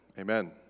amen